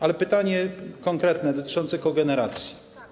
Ale pytanie konkretne dotyczy kogeneracji.